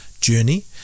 journey